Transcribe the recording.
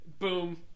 Boom